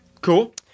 cool